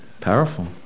Powerful